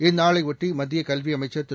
இந்தநாளையொட்டி மத்தியகல்விஅமைச்சர்திரு